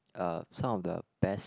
uh some of the best